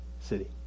city